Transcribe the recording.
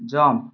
jump